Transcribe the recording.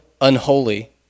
unholy